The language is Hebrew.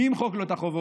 מי ימחק לו את החובות?